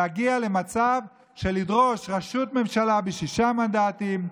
להגיע למצב של דרישת ראשות ממשלה בשישה מנדטים,